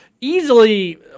Easily